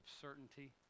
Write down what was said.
certainty